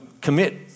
commit